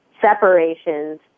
separations